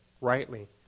rightly